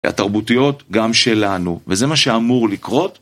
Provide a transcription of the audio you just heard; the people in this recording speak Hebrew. והתרבותיות גם שלנו. וזה מה שאמור לקרות.